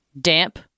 Damp